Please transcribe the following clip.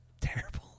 terrible